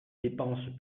dépenses